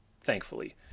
thankfully